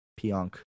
Pionk